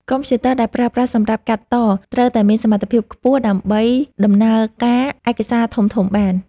កុំព្យូទ័រដែលប្រើប្រាស់សម្រាប់កាត់តត្រូវតែមានសមត្ថភាពខ្ពស់ដើម្បីដំណើរការឯកសារធំៗបាន។